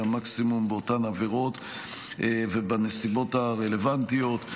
המקסימום באותן עבירות ובנסיבות הרלוונטיות.